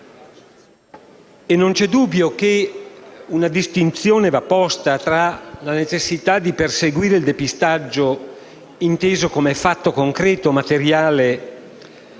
Non c'è dubbio che una distinzione vada posta tra la necessità di perseguire il depistaggio, inteso come fatto concreto e materiale,